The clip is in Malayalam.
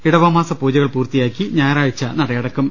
ഇടവമാസ പൂജകൾ പൂർത്തിയാക്കി ഞായറാഴ്ച നടയ ടയ്ക്കും